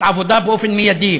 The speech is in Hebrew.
עבודה מייד.